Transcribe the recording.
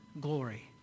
glory